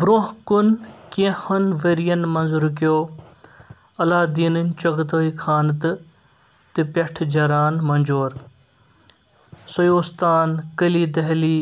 برونٛہہ کُن کینٛہہ ہن ؤرین منٛز رُکیو اللہ الدیٖنٕنۍ چغتائی خانہٕ تہٕ تہٕ پٮ۪ٹھٕ جران منجور، سیوستان، کلی، دہلی